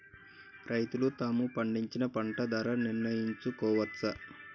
రైతులు తాము పండించిన పంట ధర నిర్ణయించుకోవచ్చా?